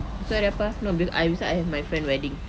esok hari apa no be~ esok I have my friend wedding